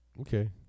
Okay